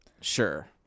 Sure